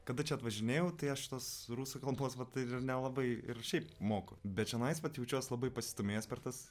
kada čia atvažinėjau tai aš tos rusų kalbos vat ir ir nelabai ir šiaip moku bet čianais vat jaučiuos labai pasistūmėjęs per tas